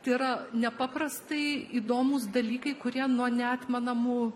tai yra nepaprastai įdomūs dalykai kurie nuo neatmenamų